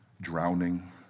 drowning